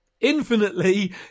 infinitely